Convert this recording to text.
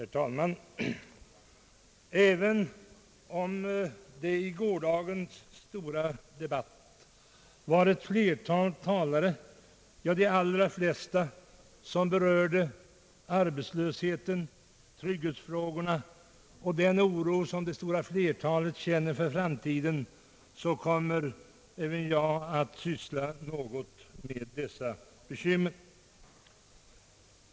Herr talman! Även om flera talare i gårdagens stora debatt, ja, de allra flesta, berörde arbetslösheten, trygghetsfrågorna och den oro för framtiden, som många människor i detta land känner, kommer också jag att i någon mån syssla med dessa bekymmer.